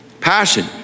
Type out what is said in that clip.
Passion